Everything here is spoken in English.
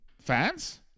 fans